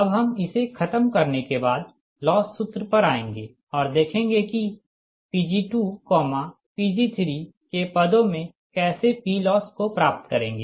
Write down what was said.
अबहम इसे खत्म करने के बाद लॉस सूत्र पर आएँगे और देखेंगे कि Pg2Pg3 के पदों में कैसे P लॉस को प्राप्त करेंगें